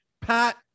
pat